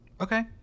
okay